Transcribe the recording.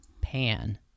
Pan